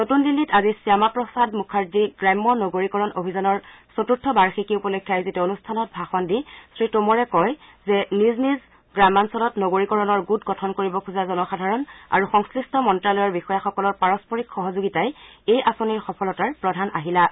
নতুন দিন্নীত আজি শ্যামা প্ৰসাদ মুখাৰ্জী গ্ৰাম্য নগৰীকৰণ অভিযানৰ চতুৰ্থ বাৰ্ষিকী উপলক্ষে আয়োজিত অনুষ্ঠানত ভাষণ দি শ্ৰী টোমৰে কয় যে গ্ৰামাঞ্চলত নগৰীকৰণৰ গোট গঠন কৰিব খোজা জনসাধাৰণ আৰু সংশ্লিষ্ট মন্তালয়ৰ বিষয়াসকলৰ পাৰস্পৰিক সহযোগিতাই এই আঁচনিৰ সফলতাৰ প্ৰধান আহিলা